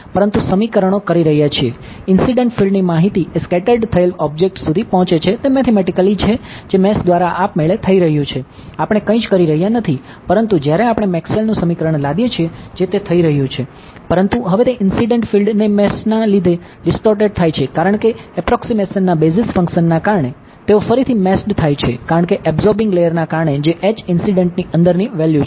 પરંતુ હવે તે ઇન્સીડંટ ફિલ્ડ થાય છે કારણકે એબ્સોર્બિંગ લેયરના કારણે જે H ઇન્સીડંટ ની અંદરની વેલ્યૂ છે